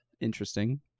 interesting